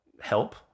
help